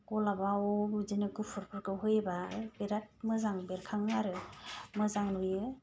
गलापाव बिदिनो गुफुरफोरखौ होयोबा बेराद मोजां बेरखाङो आरो मोजां नुयो